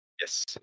Yes